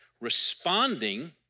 responding